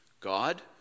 God